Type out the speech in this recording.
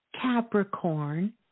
Capricorn